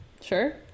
sure